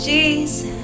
Jesus